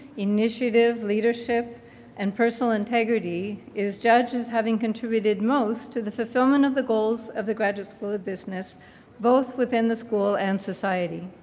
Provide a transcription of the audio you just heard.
initiative, leadership and personal integrity is judged as having contributed most to the fulfillment of the goals of the graduate school of business both within the school and society.